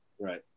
Right